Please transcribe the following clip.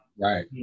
Right